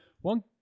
one